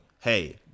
Hey